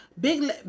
big